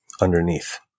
underneath